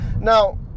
Now